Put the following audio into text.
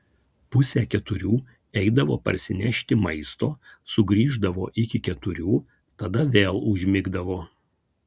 pusę keturių eidavo parsinešti maisto sugrįždavo iki keturių tada vėl užmigdavo